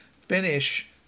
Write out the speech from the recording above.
finish